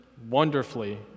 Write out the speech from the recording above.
wonderfully